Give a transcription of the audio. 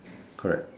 correct